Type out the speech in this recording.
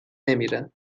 نمیرم